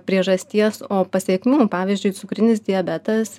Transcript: priežasties o pasekmių pavyzdžiui cukrinis diabetas